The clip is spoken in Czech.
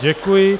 Děkuji.